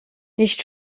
nicht